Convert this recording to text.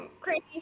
crazy